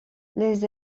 les